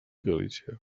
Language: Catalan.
galícia